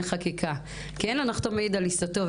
חקיקה כי אין הנחתום מעיד על עיסתו,